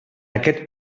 aquest